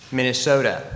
Minnesota